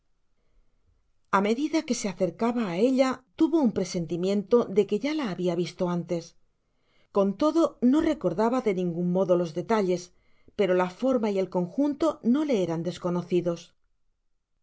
a medida que se acercaba á ella tuvo un presentimiento de que ya la habia visto antes con todo no recordaba de ningun modo los detalles pero la forma y el conjunto no le eran desconocidos